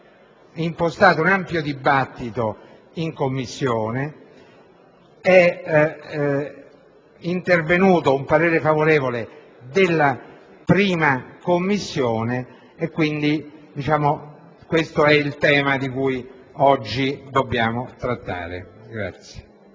impostato un ampio dibattito in Commissione ed è intervenuto il parere favorevole della 1a Commissione permanente. Questo è il tema di cui oggi dobbiamo discutere.